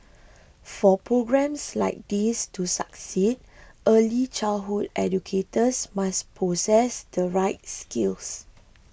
for programmes like these to succeed early childhood educators must possess the right skills